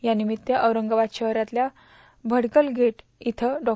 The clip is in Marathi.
या निमित्त औरंगाबाद शहरातल्या भडकलगेट इथल्या डॉ